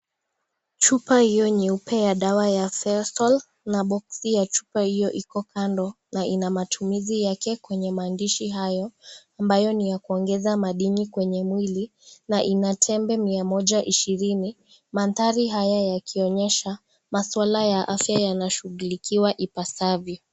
Chupa hiyo nyeupe ya dawa ya Fairsole na box ya hiyo chupa iko kando na ina matumizi yake kwenye maandishi hayo ambayo ni ya kuongeza madini kwenye mwili na ina tembe Mia moja ishirini. Maandhari haya yakionyesha maswala ya afya yanashughulikiwa ipasavyo.